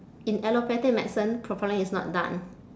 in allopathic medicine profiling is not done